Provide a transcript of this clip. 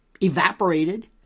evaporated